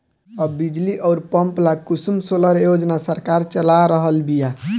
अब बिजली अउर पंप ला कुसुम सोलर योजना सरकार चला रहल बिया